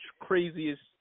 craziest